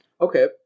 Okay